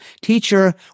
teacher